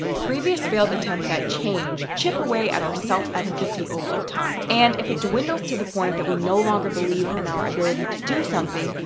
previous failed attempts at change chip away at our self-efficacy over time. and if it dwindles to the point that we no longer believe in our ability to do something,